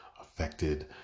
affected